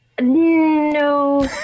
No